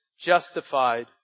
Justified